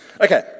Okay